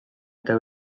eta